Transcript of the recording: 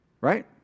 right